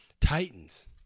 Titans